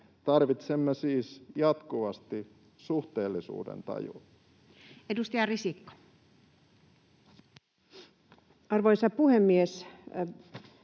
Tarvitsemme siis jatkuvasti suhteellisuudentajua. Edustaja Risikko. Arvoisa puhemies!